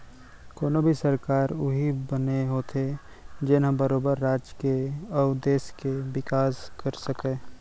कोनो भी सरकार उही बने होथे जेनहा बरोबर राज के अउ देस के बिकास कर सकय